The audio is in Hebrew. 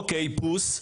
אוקיי פוס,